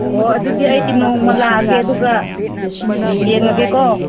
ꯑꯣ ꯑꯗꯨꯗꯤ ꯑꯩ ꯅꯣꯡꯃ ꯂꯥꯛꯑꯒꯦ ꯑꯗꯨꯒ ꯌꯦꯡꯉꯒꯦꯀꯣ